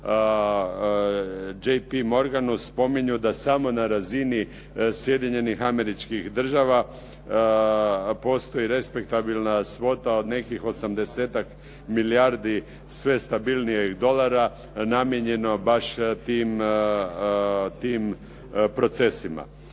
JP Morganu spominju da samo na razini Sjedinjenih Američkih Država postoji respektabilna svota od nekih 80-tak milijardi sve stabilnijeg dolara, namijenjeno baš tim procesima.